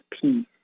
peace